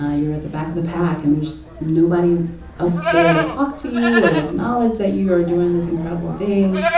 ah you're at the back of the pack and there's nobody else there to talk to you or acknowledge that you are doing this incredible thing.